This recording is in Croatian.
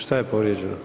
Šta je povrijeđeno?